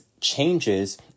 changes